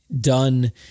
done